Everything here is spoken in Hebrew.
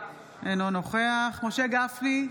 אינו נוכח משה גפני,